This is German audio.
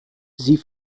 sie